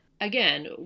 again